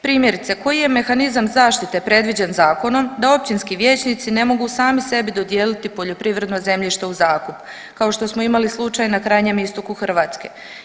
Primjerice koji je mehanizam zaštite predviđen zakonom da općinski vijećnici ne mogu sami sebi dodijeliti poljoprivredno zemljište u zakup kao što smo imali slučaj na krajnjem istoku Hrvatske.